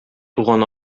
туган